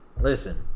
Listen